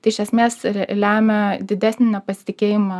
tai iš esmės lemia didesnį nepasitikėjimą